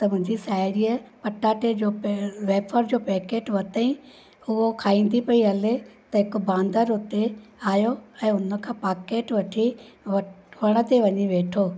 त मुंहिंजी सहिड़ीअ पटा ते वेफर जो पैकेट वतईं उहो खाईंदी पई हले त हिकु बांदर हुते आहियो ऐं हुन खां पाकेट वठी वत वण ते वञी वेठो